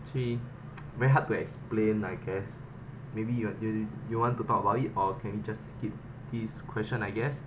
actually very hard to explain I guess maybe you want you you want to talk about it or can we just skip this question I guess